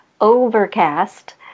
Overcast